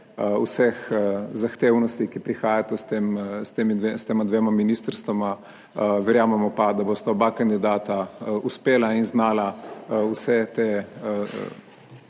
vseh zahtevnosti, ki prihajata s tem s tema dvema ministrstvoma. Verjamemo pa, da bosta oba kandidata uspela in znala vse te